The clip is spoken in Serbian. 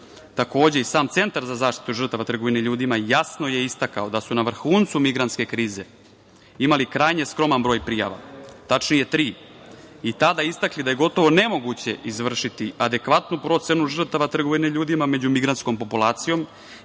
Takođe, sam Centar za zaštitu žrtava trgovine ljudima je istakao da su na vrhuncu migrantske krize imali skroman broj prijava, tačnije tri, i tada istakli da je gotovo nemoguće izvršiti adekvatnu procenu žrtava trgovinu ljudima među migrantskom populacijom,